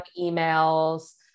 emails